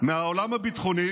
מהעולם הביטחוני,